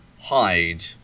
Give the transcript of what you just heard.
hide